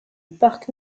parc